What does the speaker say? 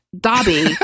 Dobby